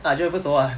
ah 就是不熟 ah